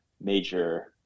major